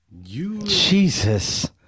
Jesus